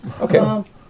Okay